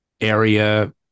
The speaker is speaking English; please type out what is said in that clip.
area